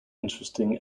interesting